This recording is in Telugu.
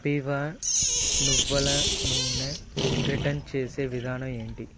కపీవ నువ్వుల నూనె రిటర్న్ చేసే విధానం ఏంటి